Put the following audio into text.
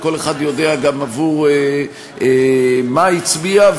וכל אחד יודע גם עבור מה הצביע,